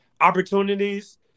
opportunities